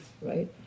right